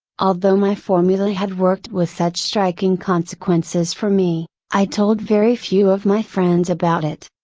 although my formula had worked with such striking consequences for me, i told very few of my friends about it.